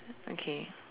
okay